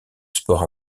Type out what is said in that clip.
sport